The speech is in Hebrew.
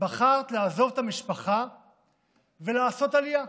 לעזוב את המשפחה ולעשות עלייה.